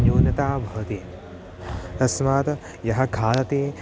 न्यून्यता भवति तस्मात् यः खादति